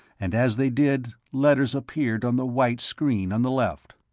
and as they did, letters appeared on the white screen on the left.